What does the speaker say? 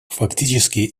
фактически